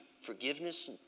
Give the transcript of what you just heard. forgiveness